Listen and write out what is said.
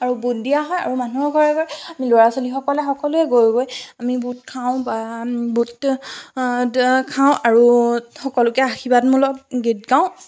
আৰু বুট দিয়া হয় আৰু মানুহৰ ঘৰে ঘৰে ল'ৰা ছোৱালী সকলোৱে গৈ গৈ বুট খাওঁ বা বুট খাওঁ আৰু সকলোকে আশীৰ্বাদমূলক গীত গাওঁ